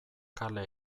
kale